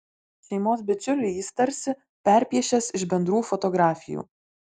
šeimos bičiulį jis tarsi perpiešęs iš bendrų fotografijų